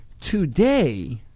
today